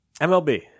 MLB